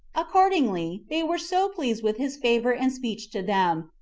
accordingly, they were so pleased with his favor and speech to them,